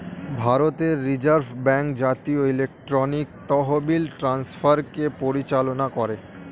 ভারতের reserve bank জাতীয় electronic তহবিল ট্রান্সফারকে পরিচালনা করে